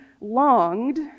longed